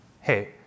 hey